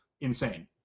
insane